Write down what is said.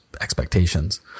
expectations